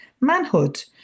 manhood